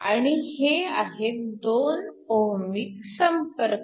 आणि हे आहेत 2 ओहमीक संपर्क